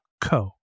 co